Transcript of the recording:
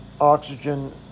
oxygen